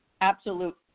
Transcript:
absolute